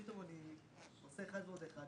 פתאום אני עושה אחד ועוד אחד,